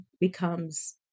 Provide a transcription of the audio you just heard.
becomes